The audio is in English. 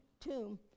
tomb